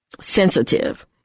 Sensitive